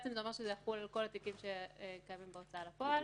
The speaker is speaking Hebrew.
זה אומר שזה יחול על כל התיקים שקיימים בהוצאה לפועל.